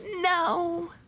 No